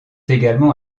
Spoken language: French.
également